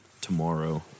tomorrow